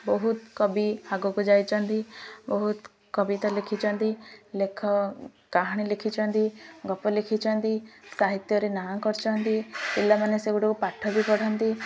ବହୁତ କବି ଆଗକୁ ଯାଇଛନ୍ତି ବହୁତ କବିତା ଲେଖିଛନ୍ତି ଲେଖ କାହାଣୀ ଲେଖିଛନ୍ତି ଗପ ଲେଖିଛନ୍ତି ସାହିତ୍ୟରେ ନାଁ କରିଛନ୍ତି ପିଲାମାନେ ସେଗୁଡ଼ିକୁ ପାଠ ବି ପଢ଼ନ୍ତି